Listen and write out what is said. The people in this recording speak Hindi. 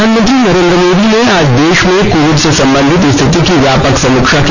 प्रधानमंत्री नरेन द्र मोदी ने आज देश में कोविड से संबंधित स्थिति की व्यापक समीक्षा की